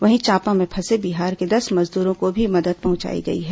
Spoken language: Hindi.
वहीं चांपा में फंसे बिहार के दस मजदूरों को भी मदद पहुंचाई गई है